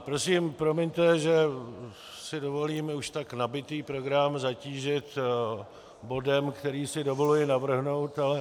Prosím, promiňte, že si dovolím už tak nabitý program zatížit bodem, který si dovoluji navrhnout, ale nemohu jinak.